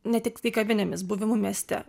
ne tik kavinėmis buvimu mieste